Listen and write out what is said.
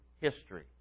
history